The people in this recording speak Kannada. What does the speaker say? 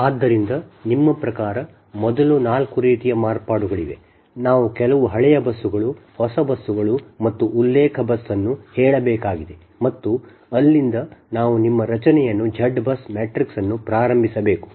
ಆದ್ದರಿಂದ ನಿಮ್ಮ ಪ್ರಕಾರ ಮೊದಲು 4 ರೀತಿಯ ಮಾರ್ಪಾಡುಗಳಿವೆ ನಾವು ಕೆಲವು ಹಳೆಯ ಬಸ್ಸುಗಳು ಹೊಸ ಬಸ್ಸುಗಳು ಮತ್ತು ಉಲ್ಲೇಖ ಬಸ್ ಅನ್ನು ಹೇಳಬೇಕಾಗಿದೆ ಮತ್ತು ಅಲ್ಲಿಂದ ನಾವು ನಿಮ್ಮ ರಚನೆಯನ್ನು Z BUS ಮ್ಯಾಟ್ರಿಕ್ಸ್ ಅನ್ನು ಪ್ರಾರಂಭಿಸಬೇಕು